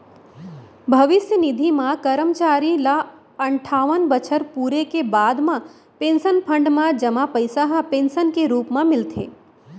भविस्य निधि म करमचारी ल अनठावन बछर पूरे के बाद म पेंसन फंड म जमा पइसा ह पेंसन के रूप म मिलथे